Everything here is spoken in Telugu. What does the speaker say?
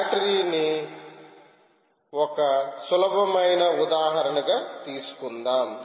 బ్యాటరీని ఒక సులభమైన ఉదాహరణగా తీసుకుందాం